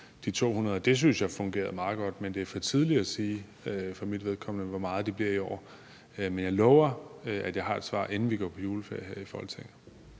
vi 200. Det synes jeg fungerede meget godt. Men det er for tidligt at sige for mit vedkommende, hvor mange det bliver i år. Men jeg lover, at jeg har et svar, inden vi går på juleferie her i Folketinget.